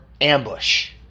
ambush